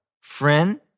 friend